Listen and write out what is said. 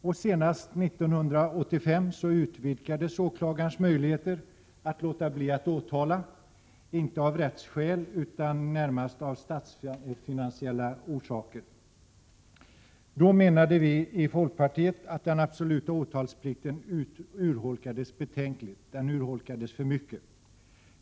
Senast 1985 utvidgades åklagarens möjligheter att låta bli att åtala — inte av rättsskäl utan närmast av statsfinansiella orsaker. Då menade vi i folkpartiet att den absoluta åtalsplikten urholkades för mycket. Den urholkades betänkligt.